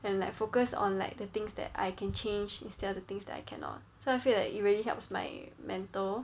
and like focus on like the things that I can change instead of the things that I cannot so I feel like it really helps my mental